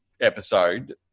episode